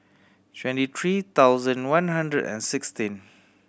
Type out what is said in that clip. twenty three thousand one hundred and sixteen